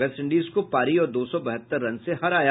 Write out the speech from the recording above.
West Indies को पारी और दो सौ बहत्तर रन से हराया